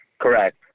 Correct